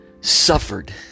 suffered